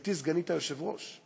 גברתי סגנית היושב-ראש,